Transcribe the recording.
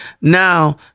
Now